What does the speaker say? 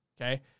Okay